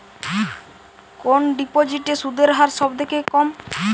কোন ডিপোজিটে সুদের হার সবথেকে কম?